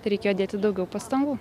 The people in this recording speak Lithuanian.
reikėjo dėti daugiau pastangų